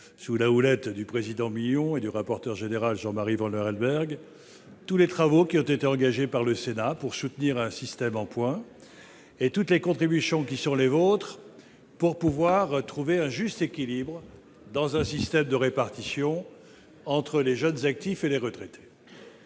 sociales, Alain Milon, et de son rapporteur général, Jean-Marie Vanlerenberghe, tous les travaux qui ont été engagés par le Sénat pour soutenir un système par points et toutes les contributions de la Haute Assemblée pour trouver un juste équilibre dans un système de répartition entre les jeunes actifs et les retraités.